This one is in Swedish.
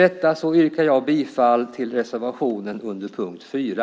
Jag yrkar bifall till reservationen under punkt 4.